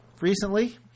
recently